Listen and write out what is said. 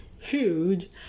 huge